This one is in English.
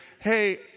hey